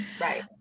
Right